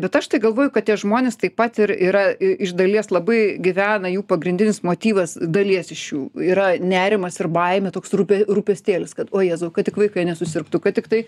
bet aš tai galvoju kad tie žmonės taip pat ir yra i iš dalies labai gyvena jų pagrindinis motyvas dalies iš jų yra nerimas ir baimė toks rupė rūpestėlis kad o jėzau kad tik vaikai nesusirgtų kad tiktai